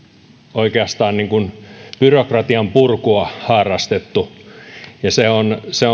oikeastaan byrokratian purkua harrastettu ja se on ehkä se